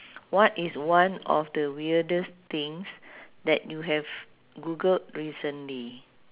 what is one of the weirdest things that you have googled recently